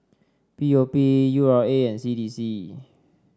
P O P U R A and C D C